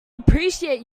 appreciate